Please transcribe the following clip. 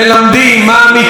מעמיקים.